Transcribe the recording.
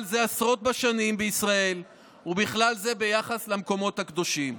זה עשרות שנים בישראל ובכלל זה ביחס למקומות הקדושים.